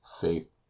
Faith